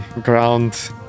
ground